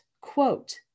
quote